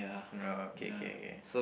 no K K